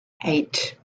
eight